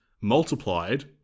multiplied